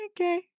okay